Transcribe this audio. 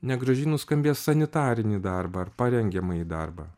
negražiai nuskambės sanitarinį darbą ar parengiamąjį darbą